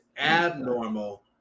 abnormal